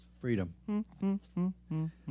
Freedom